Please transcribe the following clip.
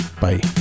Bye